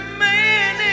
man